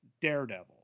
daredevil